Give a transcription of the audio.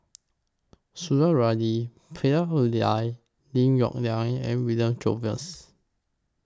Lim Yong Liang and William Jervois